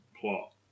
plot